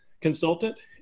consultant